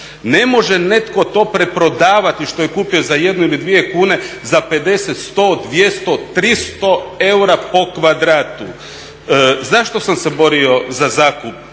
Ne može netko to preprodavati što je kupio za jednu ili dvije kune za 50, 100, 200, 300 eura po kvadratu. Zašto sam se borio za zakup